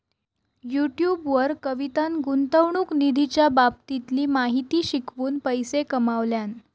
YouTube वर कवितान गुंतवणूक निधीच्या बाबतीतली माहिती शिकवून पैशे कमावल्यान